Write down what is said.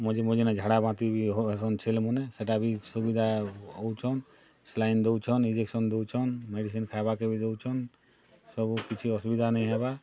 ମଝି ମଝିନେ ଝାଡ଼ା ବାନ୍ତି ବି ହଗାସନ୍ ଛେଲ୍ ମାନେ ସେଇଟା ବି ସୁବିଧା ଅଉଛନ୍ ସାଲାଇନ୍ ଦଉଛନ୍ ଇଞ୍ଜେକ୍ସନ୍ ଦଉଛନ୍ ମେଡ଼ିସିନ୍ ଖାଇବାକୁ ବି ଦଉଛନ୍ ସବୁ କିଛି ଅସୁବିଧା ନାଇଁ ହେବା